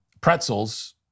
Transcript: pretzels